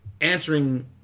answering